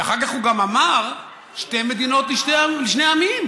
ואחר כך הוא גם אמר: שתי מדינות לשני עמים.